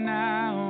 now